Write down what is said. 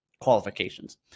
qualifications